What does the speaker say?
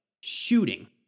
shooting